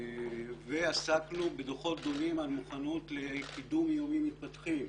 עסקנו בדוחות גדולים על מוכנות לקידום איומים מתפתחים.